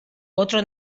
otro